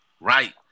right